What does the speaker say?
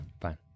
Fine